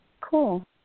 Cool